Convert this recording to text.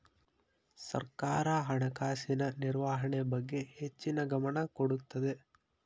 ಸರ್ಕಾರ ಹಣಕಾಸಿನ ನಿರ್ವಹಣೆ ಬಗ್ಗೆ ಹೆಚ್ಚಿನ ಗಮನ ಕೊಡುತ್ತದೆ